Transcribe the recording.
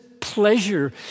pleasure